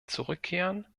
zurückkehren